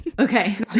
Okay